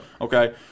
Okay